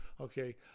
Okay